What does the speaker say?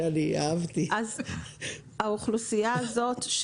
האוכלוסייה הזאת,